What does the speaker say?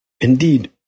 Indeed